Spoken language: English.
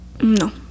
no